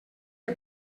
que